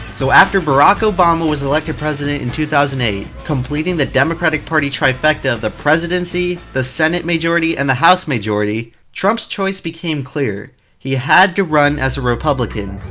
so after barack obama was elected president in two thousand and eight, completing the democratic party trifecta of the presidency, the senate majority and the house majority, trump's choice became clear he had to run as a republican.